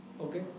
Okay